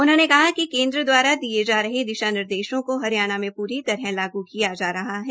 उन्होंने कहा कि केन्द्र द्वारा दिये जा रहे ये दिशा निर्देश को हरियाणा में पूरी तरह लागू किया जा रहा है